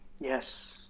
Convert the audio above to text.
Yes